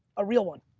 a real one.